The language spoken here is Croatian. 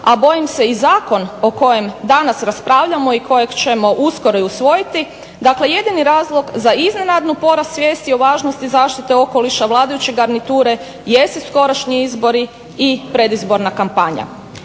a bojim se i zakon o kojem danas raspravljamo i kojeg ćemo uskoro i usvojiti, dakle jedini razlog za iznenadnu porast svijesti o važnosti zaštite okoliša vladajuće garniture jesu skorašnji izbori i predizborna kampanja.